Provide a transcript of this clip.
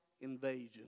Invasion